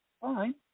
fine